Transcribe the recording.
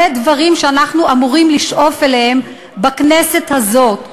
אלו דברים שאנחנו אמורים לשאוף אליהם בכנסת הזאת.